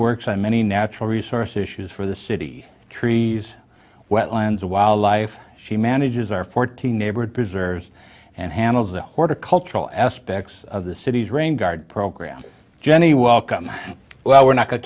works i many natural resource issues for the city trees wetlands wildlife she manages our fourteen neighborhood preserves and handles the horticultural aspects of the city's rain guard program jenny welcome well we're not